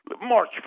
March